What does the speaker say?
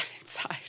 inside